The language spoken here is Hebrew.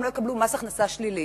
הן לא תקבלנה מס הכנסה שלילי,